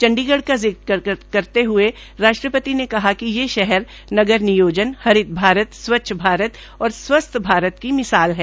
चंडीगढ़ का जिक्र करते हुए राष्ट्रपति ने कहा कि ये शहर नगर नियोजन हरित भारत स्वच्छ भारत और स्वस्थ भारत की मिसाल है